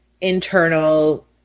internal